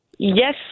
Yes